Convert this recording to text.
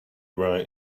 right